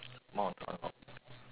mount unlocked